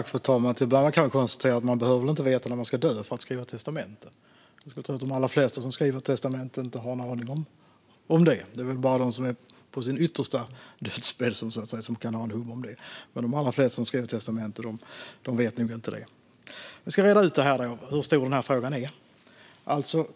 Fru talman! Till att börja med kan jag konstatera att man inte behöver veta när man ska dö för att skriva ett testamente. Jag skulle tro att de allra flesta som skriver ett testamente inte har en aning om det. Det är väl bara de som ligger på sin dödsbädd som kan ha ett hum om det. Men de allra flesta som skriver ett testamente vet nog inte när de ska dö. Jag ska reda ut hur stor denna fråga är.